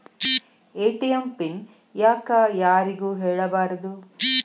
ATM PIN ಯಾಕ್ ಯಾರಿಗೂ ಹೇಳಬಾರದು?